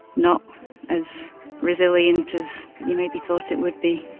not as resilient as you maybe thought it would be